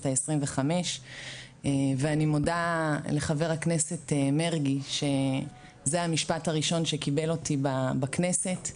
ה-25 ואני מודה לח"כ מרגי שזה המשפט הראשון שקיבל אותי בכנסת,